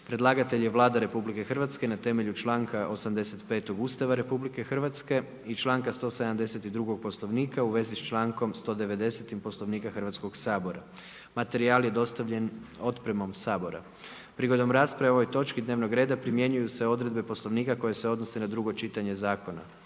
Predlagatelj je Vlada Republike Hrvatske na temelju članka 85. Ustava Republike Hrvatske i članka 172. Poslovnika Hrvatskoga sabora. Materijal je dostavljen u pretince. Prilikom rasprave o ovoj točki dnevnog reda primjenjuju se odredbe Poslovnika koje se odnose na prvo čitanje zakona.